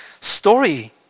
story